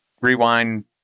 rewind